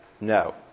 No